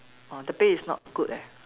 uh the pay is not good eh